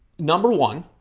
number one